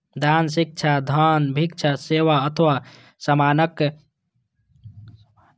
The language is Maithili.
दान शिक्षा, धन, भिक्षा, सेवा अथवा सामानक रूप मे देल जाइ छै